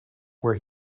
where